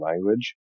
language